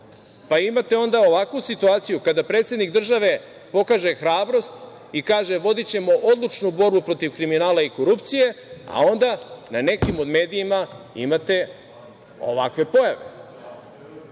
pa imate onda ovakvu situaciju, kada predsednik države pokaže hrabrost i kaže – vodićemo odlučnu borbu protiv kriminala i korupcije, a onda u nekim medijima imate ovakve pojave,